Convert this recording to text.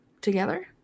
together